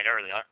earlier